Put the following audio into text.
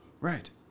Right